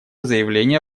заявление